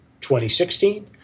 2016